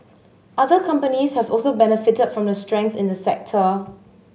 other companies have also benefited from the strength in the sector